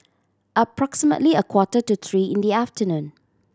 approximately a quarter to three in the afternoon